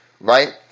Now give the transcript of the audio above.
right